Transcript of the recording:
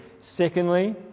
Secondly